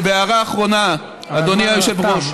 והערה אחרונה, אדוני היושב-ראש.